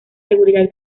seguridad